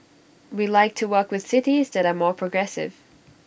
we like to work with cities that are more progressive